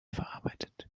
verarbeitet